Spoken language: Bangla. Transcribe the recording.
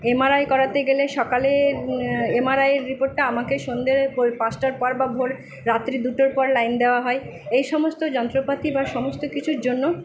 এম আর আই করাতে গেলে সকালের এম আর আই রিপোর্টটা আমাকে সন্ধে পাঁচটার পর বা ভোর রাত্রি দুটোর পর লাইন দেওয়া হয় এই সমস্ত যন্ত্রপাতি বা সমস্ত কিছুর জন্য